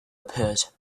appeared